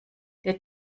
der